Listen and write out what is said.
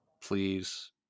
Please